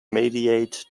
mediate